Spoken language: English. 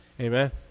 Amen